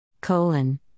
colon